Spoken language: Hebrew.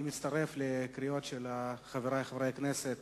אני מצטרף לקריאות של חברי חברי הכנסת